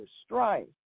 strife